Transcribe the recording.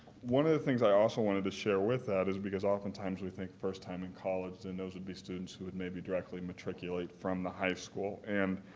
one of the things i also wanted to share with that is, because oftentimes we think first time in college, then those would be students who would maybe directly matriculate from the high school. and